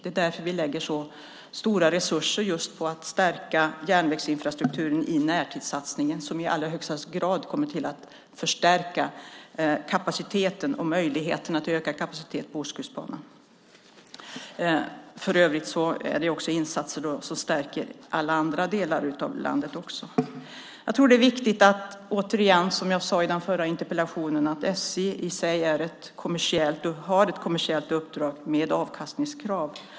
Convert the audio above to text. Det är därför vi lägger så stora resurser på att just stärka järnvägsinfrastrukturen i närtidssatsningen, som i högsta grad kommer att förstärka kapaciteten på Ostkustbanan. För övrigt är det insatser som stärker alla andra delar av landet också. Jag tror att det är viktigt, som jag sade i den förra interpellationsdebatten, att SJ har ett kommersiellt uppdrag med avkastningskrav.